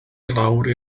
lawr